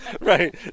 Right